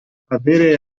avere